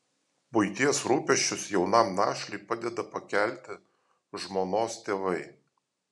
buities rūpesčius jaunam našliui padeda pakelti žmonos tėvai